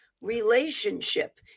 relationship